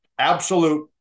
absolute